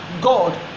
god